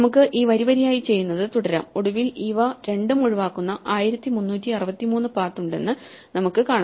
നമുക്ക് ഈ വരിവരിയായി ചെയ്യുന്നത് തുടരാം ഒടുവിൽ ഇവ രണ്ടും ഒഴിവാക്കുന്ന 1363 പാത്ത് ഉണ്ടെന്ന് നമുക്ക് കാണാം